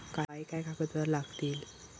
काय काय कागदपत्रा लागतील?